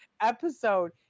episode